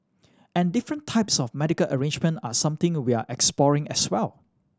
and different types of medical arrangement are something we're exploring as well